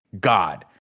God